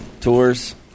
Tours